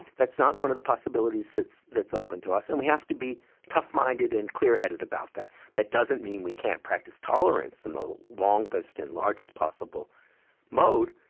that's not one of the possibilities that's that's open to us, and we have to be tough-minded and clear-headed about that. that doesn't mean we can't practice tolerance in the longest and largest possible mode,